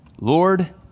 Lord